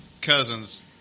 cousin's